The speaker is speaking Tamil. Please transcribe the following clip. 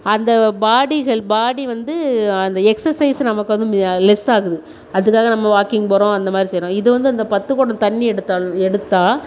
அந்த பாடிகள் பாடி வந்து அந்த எக்ஸசைஸ் நமக்கு வந்து மிக லெஸ்ஸாகுது அதுக்காக நம்ம வாக்கிங் போகிறோம் அந்த மாதிரி செய்கிறோம் இத வந்து அந்த பத்து குடம் தண்ணி எடுத்தாலும் எடுத்தால்